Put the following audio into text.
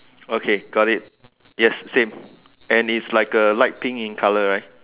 okay got it yes same and it's like a light pink in colour right